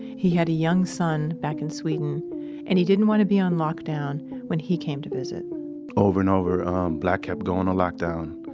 he had a young son back in sweden and he didn't want to be on lockdown when he came to visit over and over um black kept going on lockdown.